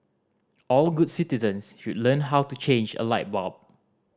all good citizens should learn how to change a light bulb